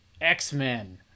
X-Men